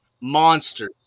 monsters